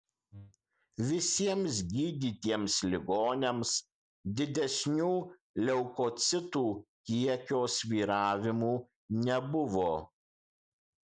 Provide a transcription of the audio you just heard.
visiems gydytiems ligoniams didesnių leukocitų kiekio svyravimų nebuvo